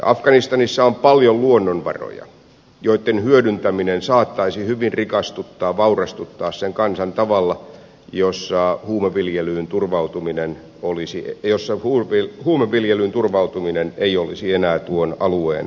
afganistanissa on paljon luonnonvaroja joitten hyödyntäminen saattaisi hyvin rikastuttaa ja vaurastuttaa sen kansan tavalla jossa huumeviljelyyn turvautuminen olisi eussa kuuluvia huumeviljelyyn turvautuminen ei olisi enää tuon alueen pääelinkeino